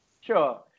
Sure